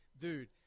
Dude